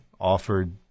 offered